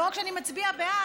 לא רק שאני מצביע בעד,